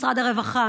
משרד הרווחה,